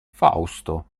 fausto